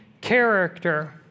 character